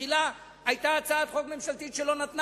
שבתחילה היתה הצעת חוק ממשלתית שלא נתנה